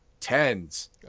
tens